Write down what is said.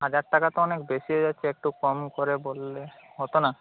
হাজার টাকা তো অনেক বেশি হয়ে যাচ্ছে একটু কম করে বললে হতো না